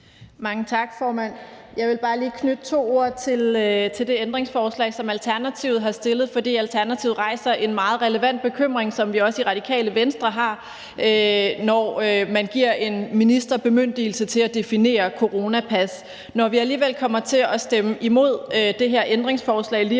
Mange tak, formand. Jeg vil bare lige knytte to ord til det ændringsforslag, som Alternativet har stillet, for Alternativet rejser en meget relevant bekymring, som vi også i Radikale Venstre har, nemlig at man giver en minister bemyndigelse til at definere coronapas. Når vi alligevel kommer til at stemme imod det her ændringsforslag lige